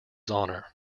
honor